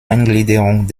eingliederung